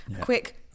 quick